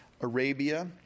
Arabia